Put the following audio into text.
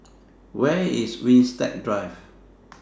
Where IS Winstedt Drive